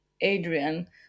Adrian